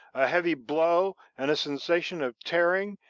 a heavy blow, and a sensation of tearing,